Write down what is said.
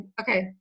okay